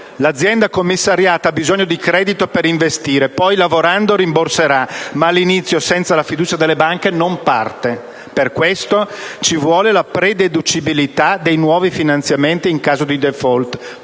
l'azienda commissariata ha bisogno di credito per investire; poi, lavorando, rimborserà ma all'inizio, senza la fiducia delle banche, non parte. Per questo ci vuole la prededucibilità dei nuovi finanziamenti in caso di *default*